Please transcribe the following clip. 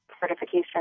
certification